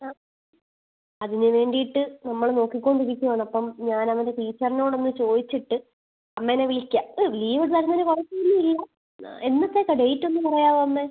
ആ അതിന് വേണ്ടീട്ട് നമ്മൾ നോക്കിക്കൊണ്ടിരിക്കുവാണപ്പം ഞാനവന്റെ ടീച്ചർനോടൊന്ന് ചോദിച്ചിട്ട് അമ്മേനെ വിളിക്കാം ആ ലീവ് തരുന്നതിന് കുഴപ്പമൊന്നുവില്ല എന്നത്തേക്കാണ് ഡേയ്റ്റൊന്ന് പറയാവോ അമ്മ